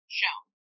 shown